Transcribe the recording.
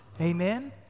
Amen